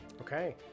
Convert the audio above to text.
Okay